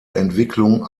entwicklung